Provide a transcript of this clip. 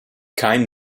kein